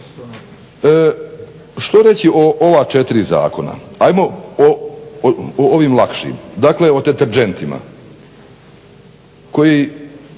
Što reći o ova 4 zakona? Ajmo o ovim lakšim. Dakle, o deterdžentima u kojima